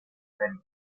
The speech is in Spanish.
serie